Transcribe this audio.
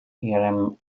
ihrem